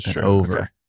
over